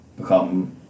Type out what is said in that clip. become